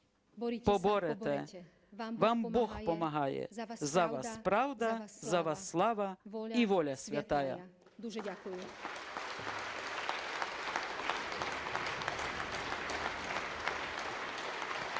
поборете! Вам Бог помагає! За вас правда, за вас слава і воля святая!" (Оплески)